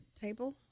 table